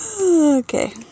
Okay